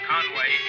Conway